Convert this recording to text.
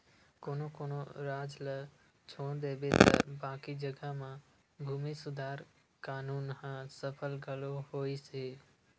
कोनो कोनो राज ल छोड़ देबे त बाकी जघा म भूमि सुधार कान्हून ह सफल घलो होइस हे